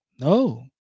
No